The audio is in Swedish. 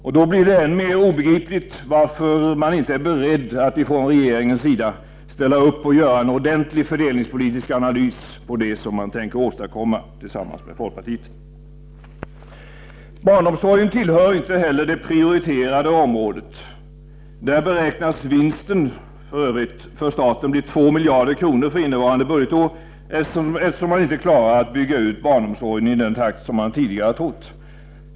Därför blir det än mer obegripligt att regeringen inte är beredd att ställa upp och göra en ordentlig fördelningspolitisk analys av det som den tänker åstadkomma tillsammans med folkpartiet. Barnomsorgen tillhör inte heller det prioriterade området. Där beräknas för övrigt ”vinsten” för staten bli 2 miljarder kronor för innevarande budgetår, eftersom man inte klarar av att bygga ut barnomsorgen i den takt man tidigare trott.